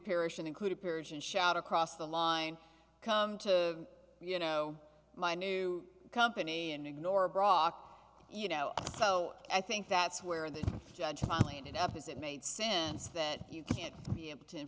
perish and include a peerage and shout across the line come to you know my new company and ignore brock you know so i think that's where the judge finally ended up is it made sense that you can be able to